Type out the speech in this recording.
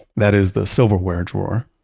that is the silverware drawer.